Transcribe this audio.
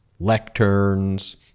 lecterns